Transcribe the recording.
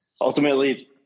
ultimately